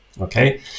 Okay